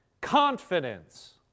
confidence